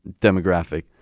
demographic